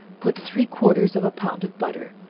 put three-quarters of a pound of butter,